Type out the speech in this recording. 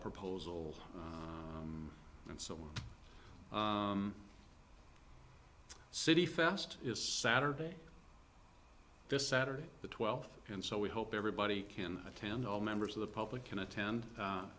proposal and so city fast is saturday this saturday the twelfth and so we hope everybody can attend all members of the public can attend